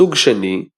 סוג שני-